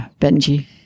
Benji